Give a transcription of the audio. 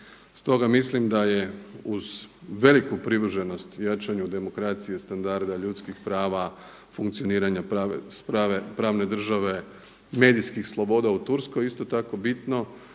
Stoga mislim da je uz veliku privrženost jačanju demokracije i standarda ljudskih prava, funkcioniranja pravne države, medijskih sloboda u Turskoj isto tako bitno